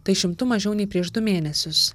tai šimtu mažiau nei prieš du mėnesius